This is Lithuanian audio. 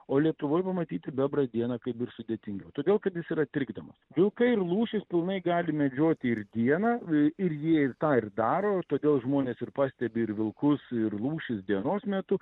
o lietuvoj pamatyti bebrą dieną kaip ir sudėtingiau todėl kad jis yra trikdomas vilkai ir lūšys pilnai gali medžioti ir dieną ir jie ir tą ir daro todėl žmonės ir pastebi ir vilkus ir lūšis dienos metu